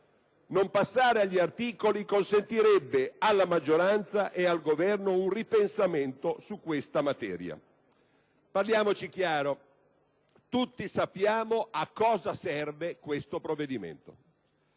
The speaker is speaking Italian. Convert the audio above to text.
non passare agli articoli consentirebbe alla maggioranza e al Governo un ripensamento su questa materia. Parliamoci chiaro: tutti sappiamo a cosa serve questo provvedimento